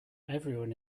everyone